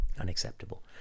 Unacceptable